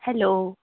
hello